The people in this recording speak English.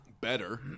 better